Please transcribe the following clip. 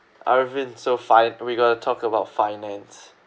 arvin so fi~ we got to talk about finance